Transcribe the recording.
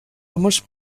homes